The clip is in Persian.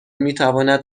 میتواند